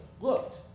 looked